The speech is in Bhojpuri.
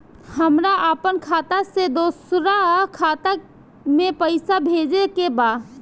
हमरा आपन खाता से दोसरा खाता में पइसा भेजे के बा